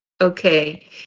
okay